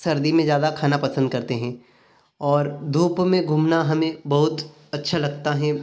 सर्दी में ज़्यादा खाना पसंद करते हैँ और धूप में घूमना हमें बहुत अच्छा लगता है